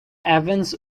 evans